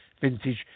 vintage